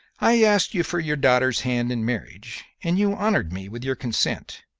i asked you for your daughter's hand in marriage, and you honored me with your consent.